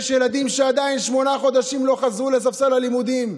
יש ילדים ששמונה חודשים עדיין לא חזרו לספסל הלימודים.